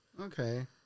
Okay